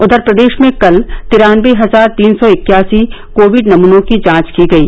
उधर प्रदेश में कल तिरानबे हजार तीन सौ इक्यासी कोविड नमूनों की जांच की गयी